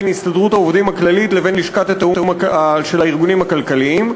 הסתדרות העובדים הכללית לבין לשכת התיאום של הארגונים הכלכליים,